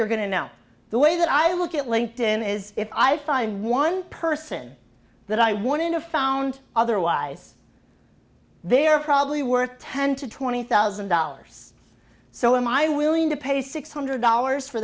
you're going to now the way that i look at linked in is if i find one person that i want to know found otherwise they are probably worth ten to twenty thousand dollars so am i willing to pay six hundred dollars for